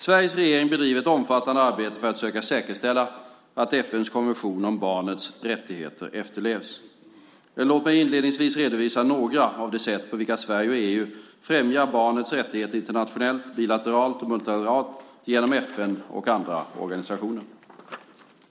Sveriges regering bedriver ett omfattande arbete för att söka säkerställa att FN:s konvention om barnets rättigheter efterlevs. Låt mig inledningsvis redovisa några av de sätt på vilka Sverige och EU främjar barnets rättigheter internationellt, bilateralt och multilateralt, genom FN och andra organisationer.